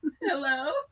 Hello